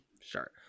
sure